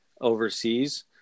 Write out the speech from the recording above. overseas